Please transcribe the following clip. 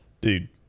Dude